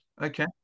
Okay